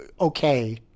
okay